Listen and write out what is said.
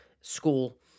school